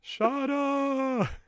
Shada